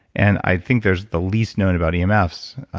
and i think there's the least known about emfs,